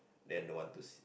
then don't want to s~